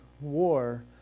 war